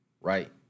right